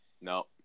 No